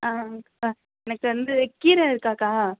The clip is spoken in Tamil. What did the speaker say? ஆ ஆமாம்க்கா எனக்கு வந்து கீரை இருக்காக்கா